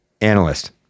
analyst